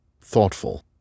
thoughtful